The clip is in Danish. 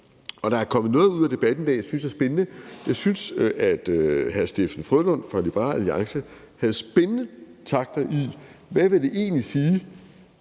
og der er kommet noget ud af debatten i dag, jeg synes er spændende. Jeg synes, at hr. Steffen W. Frølund fra Liberal Alliance havde spændende takter om, hvad det egentlig vil